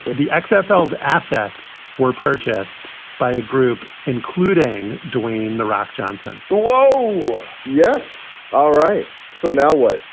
the x files assets were purchased by a group including dwayne the rock johnson whoa. yes all right. so now what?